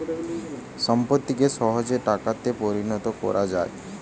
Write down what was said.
সম্পত্তিকে সহজে টাকাতে পরিণত কোরা যায়